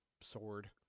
sword